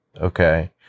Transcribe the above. Okay